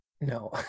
no